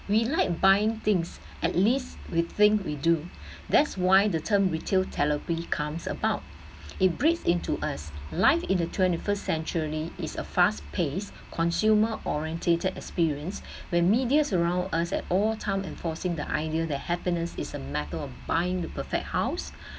we like buying things at least we think we do that's why the term retail therapy comes about it breeds into us life in the twenty first century is a fast pace consumer oriented experience when media surround us at all time enforcing the idea that happiness is a matter of buying a perfect house